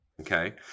okay